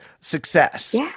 success